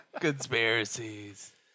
Conspiracies